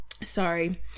Sorry